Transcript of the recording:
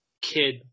kid